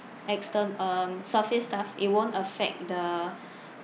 extern~ um surface stuff it won't affect the